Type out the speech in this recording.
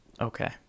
Okay